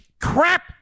crap